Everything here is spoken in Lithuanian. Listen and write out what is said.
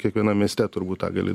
kiekvienam mieste turbūt tą gali